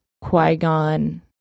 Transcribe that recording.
Qui-Gon